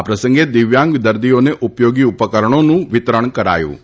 આ પ્રસંગે દિવ્યાંગ દર્દીઓને ઉપયોગી ઉપકરણોનું વિતરણ કરાયું હતું